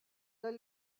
sell